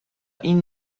این